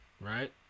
Right